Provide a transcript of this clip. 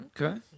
Okay